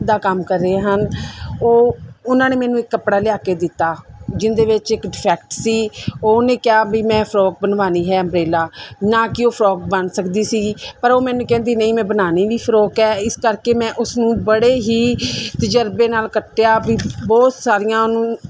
ਦਾ ਕੰਮ ਕਰ ਰਹੇ ਹਨ ਉਹ ਉਹਨਾਂ ਨੇ ਮੈਨੂੰ ਇੱਕ ਕੱਪੜਾ ਲਿਆ ਕੇ ਦਿੱਤਾ ਜਿਹਦੇ ਵਿੱਚ ਇੱਕ ਡਿਫੈਕਟ ਸੀ ਉਹਨੇ ਕਿਹਾ ਵੀ ਮੈਂ ਫਰੋਕ ਬਣਵਾਉਣੀ ਹੈ ਅੰਬਰੇਲਾ ਨਾ ਕਿ ਉਹ ਫਰੋਕ ਬਣ ਸਕਦੀ ਸੀ ਪਰ ਉਹ ਮੈਨੂੰ ਕਹਿੰਦੀ ਨਹੀਂ ਮੈਂ ਬਣਾਉਣੀ ਵੀ ਫਰੋਕ ਹੈ ਇਸ ਕਰਕੇ ਮੈਂ ਉਸਨੂੰ ਬੜੇ ਹੀ ਤਜ਼ਰਬੇ ਨਾਲ ਕੱਟਿਆ ਵੀ ਬਹੁਤ ਸਾਰੀਆਂ ਉਹਨੂੰ